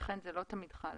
ולכן זה לא תמיד חל.